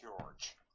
George